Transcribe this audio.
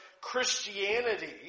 Christianity